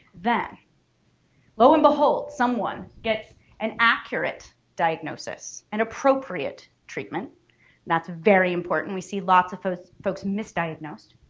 then lo and behold, someone gets an accurate diagnosis and appropriate treatment that's very important, we see lots of those folks misdiagnosed.